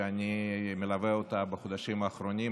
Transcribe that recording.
שאני מלווה אותה בחודשים האחרונים,